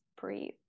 breathe